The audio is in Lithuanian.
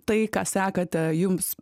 tai ką sekate jums